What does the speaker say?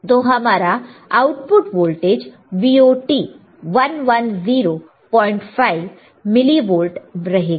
तो हमारा output voltage VoT 1105 millivolt रहेगा